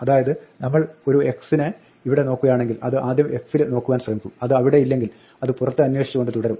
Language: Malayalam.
അതായത് നമ്മൾ ഒരു x നെ ഇവിടെ നോക്കുകയാണെങ്കിൽ അത് ആദ്യം fൽ നോക്കുവാൻ ശ്രമിക്കും അത് അവിടെയില്ലെങ്കിൽ അത് പുറത്ത് അന്വേഷിച്ചുകൊണ്ട് തുടരും